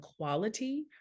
quality